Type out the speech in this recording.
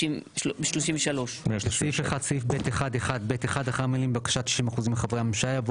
הצבעה בעד, 4 נגד, 7 נמנעים, אין לא